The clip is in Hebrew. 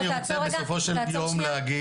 מה שאני רוצה בסופו של יום להגיד,